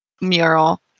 mural